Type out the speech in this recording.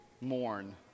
mourn